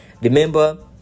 remember